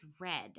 red